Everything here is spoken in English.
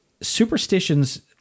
superstitions